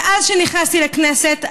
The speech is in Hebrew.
מאז שנכנסתי לכנסת,